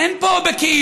אין פה בכאילו.